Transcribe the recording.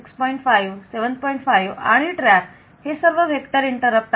5 आणि TRAP हे सर्व vector इंटरप्ट आहेत